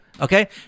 okay